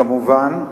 כמובן,